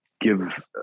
give